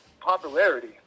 popularity